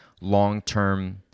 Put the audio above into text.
long-term